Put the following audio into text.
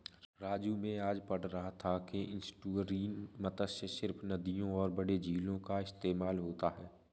राजू मैं आज पढ़ रहा था कि में एस्टुअरीन मत्स्य सिर्फ नदियों और बड़े झीलों का इस्तेमाल होता है